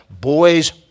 boys